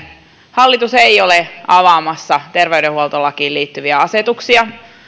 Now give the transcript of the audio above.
hallitus ei ole avaamassa terveydenhuoltolakiin liittyviä asetuksia